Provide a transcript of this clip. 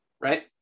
Right